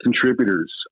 contributors